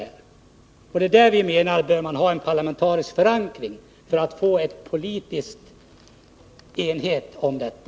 Vi menar att denna utredning bör ha en parlamentarisk förankring, så att vi kan få en politisk enighet om detta.